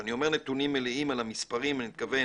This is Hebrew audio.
כשאני אומר נתונים מלאים על המספרים אני מתכוון